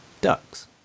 ducks